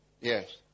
Yes